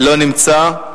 לא נמצא,